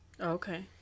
Okay